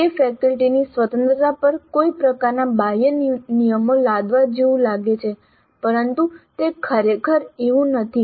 તે ફેકલ્ટીની સ્વતંત્રતા પર કોઈ પ્રકારના બાહ્ય નિયમો લાદવા જેવું લાગે છે પરંતુ તે ખરેખર એવું નથી